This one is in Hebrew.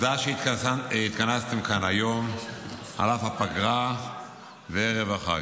תודה שהתכנסתם כאן היום על אף הפגרה וערב החג.